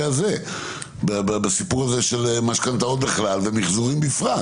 הזה של משכנתאות בכלל ומחזורים בפרט.